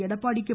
Edappadi K